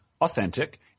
authentic